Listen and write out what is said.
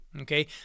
okay